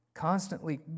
Constantly